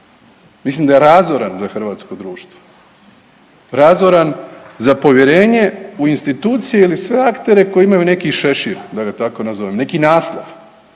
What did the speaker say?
Mislim da je razoran za hrvatsko društvo. Razoran za povjerenje u institucije ili sve aktere koji imaju neki šešir da ga tako nazovem, neki naslov